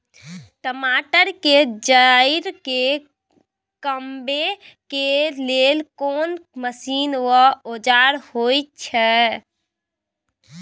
टमाटर के जईर के कमबै के लेल कोन मसीन व औजार होय छै?